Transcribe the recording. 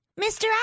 Mr